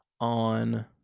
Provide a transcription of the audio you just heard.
on